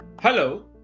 Hello